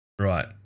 Right